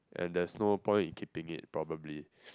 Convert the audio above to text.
and there's no point in keeping it probably